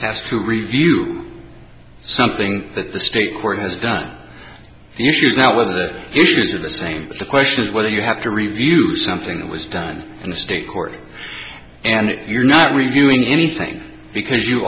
has to review something that the state court has done the issues now whether the issues are the same the question is whether you have to review something that was done in the state court and you're not reviewing anything because you